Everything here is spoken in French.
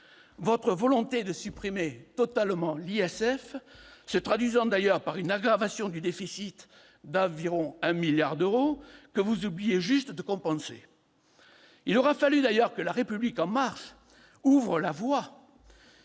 Votre volonté de supprimer totalement l'ISF se traduisant d'ailleurs par une aggravation du déficit d'environ 1 milliard d'euros que vous oubliez juste de compenser. Il aura fallu que La République En Marche ouvre la voie